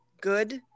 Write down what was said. good